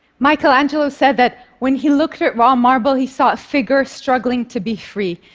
michelangelo said that when he looked at raw marble, he saw a figure struggling to be free.